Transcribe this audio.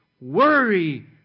worry